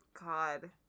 god